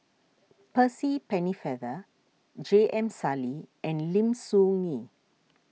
Percy Pennefather J M Sali and Lim Soo Ngee